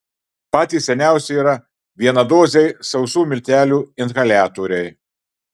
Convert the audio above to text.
patys seniausi yra vienadoziai sausų miltelių inhaliatoriai